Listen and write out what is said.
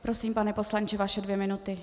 Prosím, pane poslanče, vaše dvě minuty.